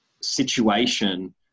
situation